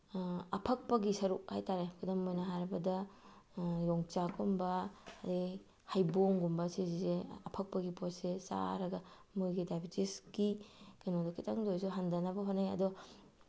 ꯑꯐꯛꯄꯒꯤ ꯁꯔꯨꯛ ꯍꯥꯏꯇꯥꯔꯦ ꯈꯨꯗ ꯑꯣꯏꯅ ꯍꯥꯏꯔꯕꯗ ꯌꯣꯡꯆꯥꯛꯀꯨꯝꯕ ꯑꯗꯩ ꯍꯩꯕꯣꯡꯒꯨꯝꯕ ꯁꯤꯁꯦ ꯑꯐꯛꯄꯒꯤ ꯄꯣꯠꯁꯦ ꯆꯥꯔꯒ ꯃꯣꯏꯒꯤ ꯗꯥꯏꯕꯦꯇꯤꯁꯀꯤ ꯀꯩꯅꯣꯗꯨ ꯈꯤꯇꯪꯇ ꯑꯣꯏꯔꯁꯨ ꯍꯟꯊꯅꯕ ꯍꯣꯠꯅꯩ ꯑꯗꯣ